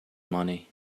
money